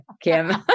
Kim